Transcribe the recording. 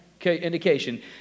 indication